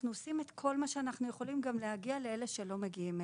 אנחנו עושים כל מה שאנחנו יכולים על מנת להגיע גם למי שלא מגיע אלינו.